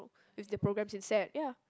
with their programmes in sat ya